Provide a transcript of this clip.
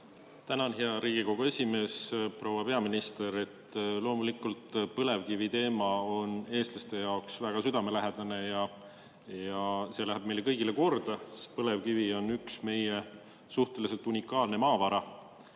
Tänan, hea Riigikogu esimees! Proua peaminister! Loomulikult on põlevkiviteema eestlaste jaoks väga südamelähedane ja see läheb meile kõigile korda, sest põlevkivi on meie suhteliselt unikaalne maavara.